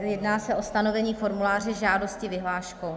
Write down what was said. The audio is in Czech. Jedná se o stanovení formuláře žádosti vyhláškou.